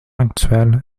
actuelle